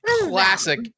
classic